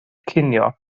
cinio